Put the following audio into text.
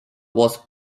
was